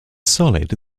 solid